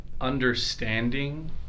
understanding